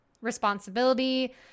responsibility